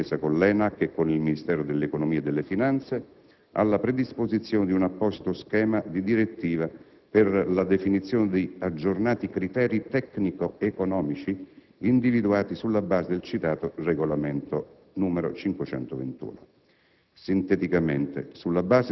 Si è proceduto, pertanto, d'intesa con l'ENAC e con il Ministero dell'economia e delle finanze, alla predisposizione di un apposito schema di direttiva, per la definizione di aggiornati criteri tecnico-economici, individuati sulla base del citato regolamento n. 521